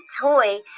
toy